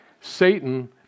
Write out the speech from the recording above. Satan